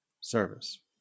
service